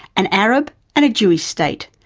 an arab and a jewish state,